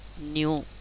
new